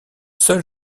seul